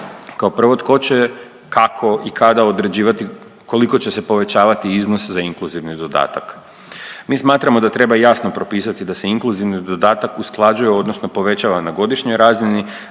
kao prvo tko će, kako i kada određivati koliko će se povećavati iznos za inkluzivni dodatak. Mi smatramo da treba jasno propisati da se inkluzivni dodatak usklađuje odnosno povećava na godišnjoj razini